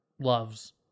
loves